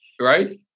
Right